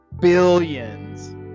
billions